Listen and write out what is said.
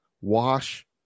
Wash